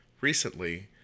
recently